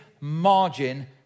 margin